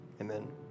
Amen